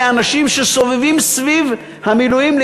אלה אנשים שסובבים סביב המילואים,